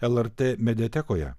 lrt mediatekoje